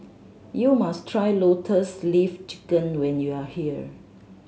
you must try Lotus Leaf Chicken when you are here